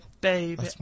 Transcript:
baby